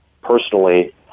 personally